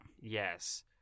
Yes